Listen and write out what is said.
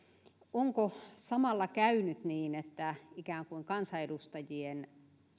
onko samalla käynyt niin että ikään kuin kansanedustajien